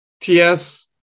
TS